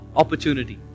opportunity